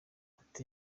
ati